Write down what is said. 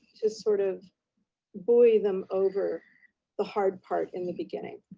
just sort of boy them over the hard part in the beginning.